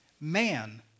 Man